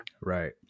Right